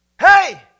Hey